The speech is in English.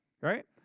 Right